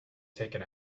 taken